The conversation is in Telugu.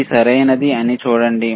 ఇది సరైనది అని చూడండి